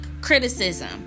criticism